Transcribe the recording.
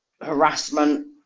harassment